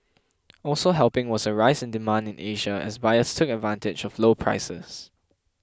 also helping was a rise in demand in Asia as buyers took advantage of low prices